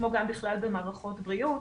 כמו גם בכלל במערכות בריאות.